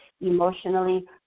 emotionally